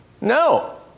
No